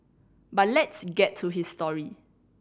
but let's get to his story